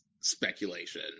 speculation